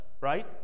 right